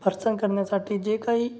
फरसाण करण्यासाठी जे काही